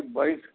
अलिक